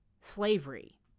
slavery